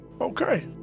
Okay